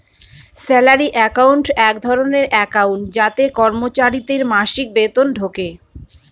salary account এক ধরনের account যাতে কর্মচারীদের মাসিক বেতন ঢোকে